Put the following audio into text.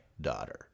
daughter